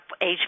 age